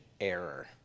error